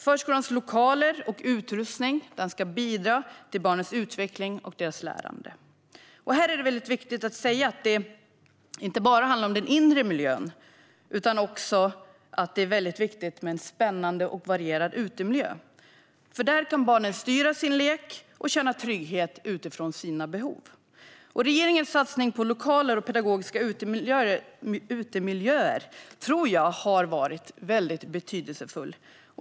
Förskolans lokaler och utrustning ska bidra till barnens utveckling och deras lärande. Här är det viktigt att säga att det inte bara handlar om den inre miljön, utan det handlar också om en spännande och varierad utemiljö. Där kan barnen styra sin lek och känna trygghet utifrån sina behov. Regeringens satsning på lokaler och pedagogiska utemiljöer tror jag har varit väldigt betydelsefull.